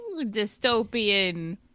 dystopian